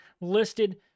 listed